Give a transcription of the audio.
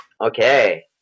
Okay